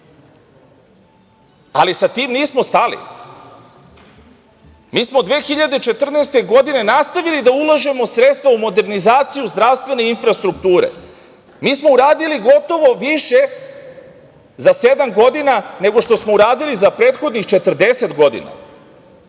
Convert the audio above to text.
ali sa tim nismo stali. Mi smo 2014. godine nastavili da ulažemo sredstva u modernizaciju zdravstvene infrastrukture. Mi smo uradili gotovo više za sedam godina, nego što smo uradili za prethodnih 40 godina.